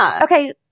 Okay